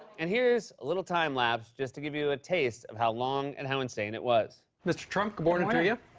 and here's a little time lapse, just to give you a taste of how long and how insane it was. mr. trump, good morning to ya.